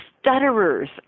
stutterers